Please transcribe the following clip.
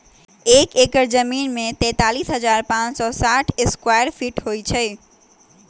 एक एकड़ जमीन में तैंतालीस हजार पांच सौ साठ स्क्वायर फीट होई छई